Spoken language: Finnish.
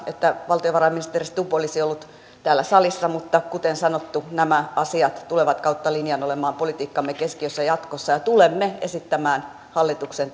että valtiovarainministeri stubb olisi ollut täällä salissa mutta kuten sanottu nämä asiat tulevat kautta linjan olemaan politiikkamme keskiössä jatkossa ja tulemme esittämään hallituksen